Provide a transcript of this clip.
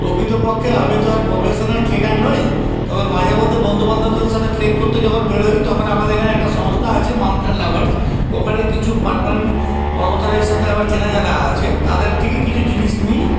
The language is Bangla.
প্রকৃতপক্ষে আমি তো আর প্রফেশনাল ট্রেকার নই তবে মাঝেমধ্যে বন্ধুবান্ধবদের সাথে ট্রেক করতে যখন বেরোই তখন আমাদের এখানে একটা সংস্থা আছে মাউন্টেন লাভার্স ওখানে কিছু পার্মানেন্ট পর্বতারোহীর সাথে আমার চেনা জানা আছে তাদের থেকে কিছু জিনিস নিই